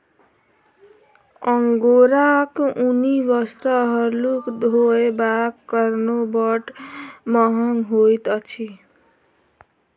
अंगोराक ऊनी वस्त्र हल्लुक होयबाक कारणेँ बड़ महग होइत अछि